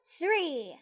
three